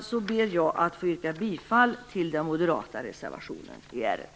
Därmed ber jag att få yrka bifall till den moderata reservationen i ärendet.